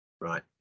Right